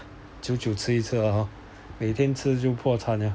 久久吃一次啦 hor 每天吃就破产 liao